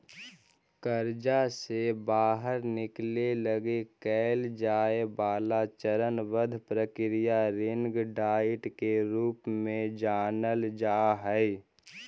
कर्जा से बाहर निकले लगी कैल जाए वाला चरणबद्ध प्रक्रिया रिंग डाइट के रूप में जानल जा हई